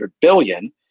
billion